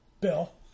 Bill